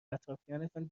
اطرافیانتان